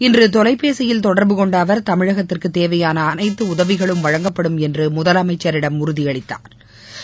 இன்றுதொலைபேசியில் தொடர்பு கொண்டஅவர் தமிழகத்துக்குத் தேவையானஅனைத்துடதவிகளும் வழங்கப்படும் என்றுமுதலமைச்சரிடம் உறுதியளித்தாா்